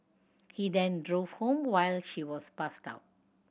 he then drove home while she was passed out